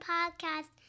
Podcast